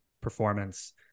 performance